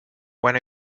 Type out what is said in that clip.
when